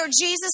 Jesus